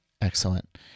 Excellent